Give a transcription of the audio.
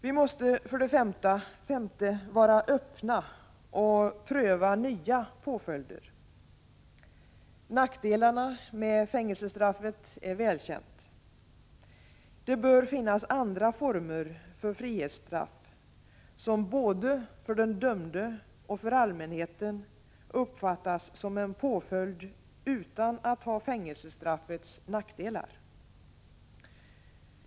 Vi måste, för det femte, vara öppna att pröva nya påföljder. Nackdelarna med fängelsestraffet är välkända. Det bör finnas andra former för frihetsstraff som både för den dömde och för allmänheten uppfattas som en påföljd utan att ha fängelsestraffets nackdelar.